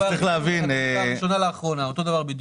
טוב.